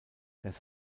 das